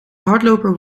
hardloper